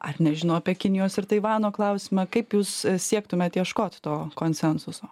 ar nežinau apie kinijos ir taivano klausimą kaip jūs siektumėt ieškot to konsensuso